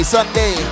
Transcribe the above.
Sunday